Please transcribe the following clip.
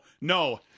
No